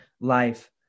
life